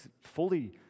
fully